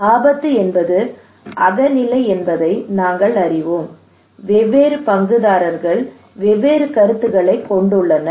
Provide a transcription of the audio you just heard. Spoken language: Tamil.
ஆபத்து என்பது அகநிலை என்பதை நாங்கள் அறிவோம் வெவ்வேறு பங்குதாரர்கள் வெவ்வேறு கருத்துக்களைக் கொண்டுள்ளனர்